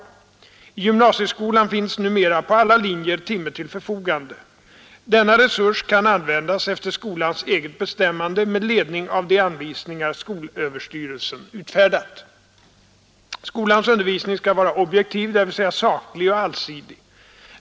I gymnasieskolan finns numera på alla linjer timme till förfogande. Denna resurs kan användas efter skolans eget bestämmande med ledning av de anvisningar skolöverstyrelsen utfärdat. Skolans undervisning skall vara objektiv, dvs. saklig och allsidig.